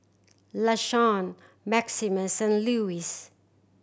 Lashawn Maximus and Lewis